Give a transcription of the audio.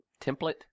Template